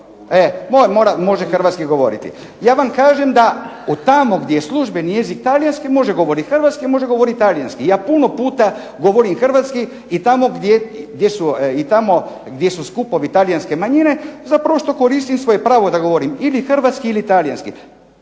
sažeto je to. Ja vam kažem da tamo gdje je službeni jezik talijanski može govoriti hrvatski, može govoriti talijanski. Ja puno puta govorim hrvatski i tamo gdje su skupovi talijanske manjine zapravo što koristim svoje pravo da govorim ili hrvatski ili talijanski.